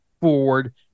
forward